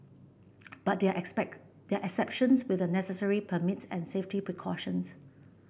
but there are expect exceptions with the necessary permits and safety precautions